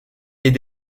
est